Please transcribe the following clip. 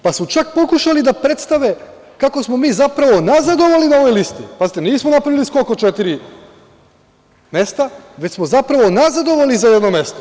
Pa su čak pokušali da predstave kako smo mi zapravo nazadovali na ovoj listi, pazite, nismo napravili skok od četiri mesta, već smo zapravo nazadovali za jedno mesto.